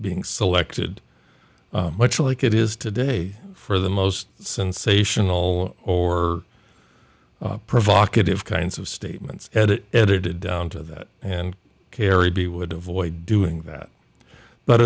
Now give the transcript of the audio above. being selected much like it is today for the most sensational or provocative kinds of statements edit edited down to that and kerry b would avoid doing that but